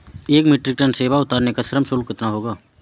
एक metric ton सेव उतारने का श्रम शुल्क कितना होगा?